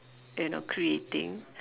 you know creating